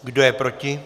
Kdo je proti?